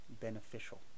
beneficial